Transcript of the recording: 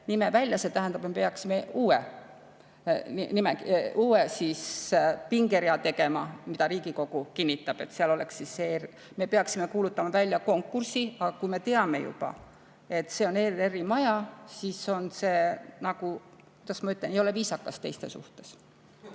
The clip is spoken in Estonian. nime välja, see tähendab, et me peaksime uue pingerea tegema, mille Riigikogu kinnitab. Me peaksime kuulutama välja konkursi, aga kui me teame juba, et see on ERR-i maja, siis on see nagu, kuidas ma ütlen, ei ole viisakas teiste suhtes.